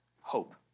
hope